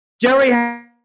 Jerry